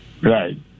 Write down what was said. Right